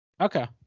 Okay